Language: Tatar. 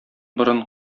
борын